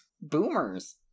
Boomers